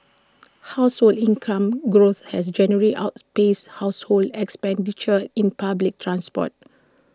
household income growth has generally outpaced household expenditure in public transport